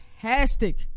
fantastic